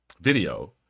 video